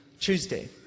Tuesday